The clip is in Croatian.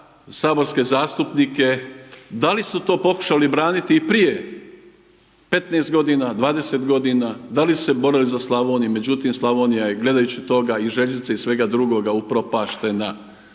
saborske zastupnike da li su to pokušali i braniti prije 15 godina, 20 godina, da li su se borili za Slavoniju međutim Slavonija je gledajući toga i željeznica i svega drugoga upropaštena.